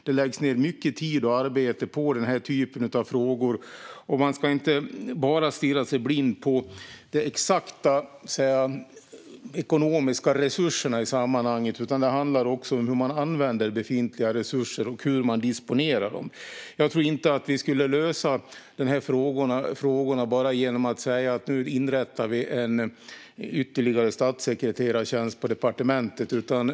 Det läggs ned mycket tid och arbete på den här typen av frågor, och man ska inte stirra sig blind på de exakta ekonomiska resurserna i sammanhanget, utan det handlar också om hur man använder befintliga resurser och hur man disponerar dem. Jag tror inte att vi skulle kunna lösa de här frågorna genom att bara inrätta en ytterligare statssekreterartjänst på departementet.